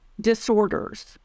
disorders